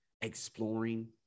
exploring